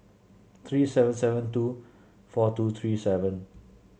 three seven seven two four two three seven